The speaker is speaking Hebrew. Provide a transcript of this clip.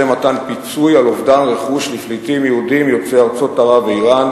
מתן פיצוי על אובדן רכוש לפליטים יהודים יוצאי ארצות ערב ואירן,